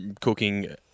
cooking